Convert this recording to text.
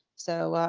so,